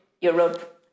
Europe